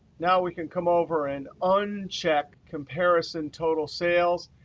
now we can come over and uncheck comparison total sales.